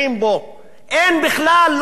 אין בכלל, לא היה מעולם,